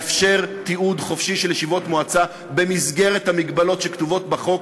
לאפשר תיעוד חופשי של ישיבות מועצה במסגרת המגבלות שכתובות בחוק.